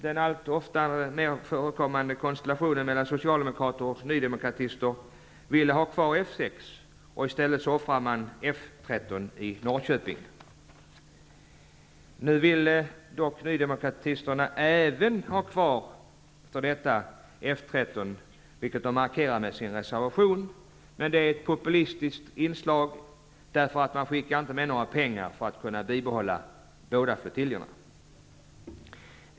Den alltmer förekommande konstellationen av socialdemokrater och nydemokrater vill ha kvar F 6, och i stället offrar man F 13 i Norrköping. Nu vill dock nydemokraterna även ha kvar F 13, vilket de markerar med sin reservation. Det är ett populistiskt inslag, eftersom man inte skickar med några pengar för att bibehålla båda flottiljerna.